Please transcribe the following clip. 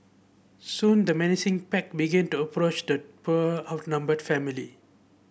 soon the menacing pack began to approach the poor outnumbered family